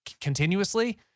Continuously